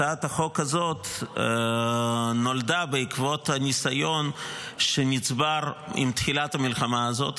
הצעת החוק הזאת נולדה בעקבות הניסיון שנצבר עם תחילת המלחמה הזאת,